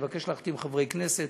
אני אבקש להחתים חברי כנסת,